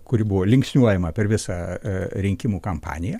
kuri buvo linksniuojama per visą rinkimų kampaniją